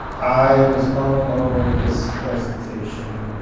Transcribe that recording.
i was mulling over this presentation